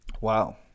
Wow